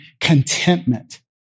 contentment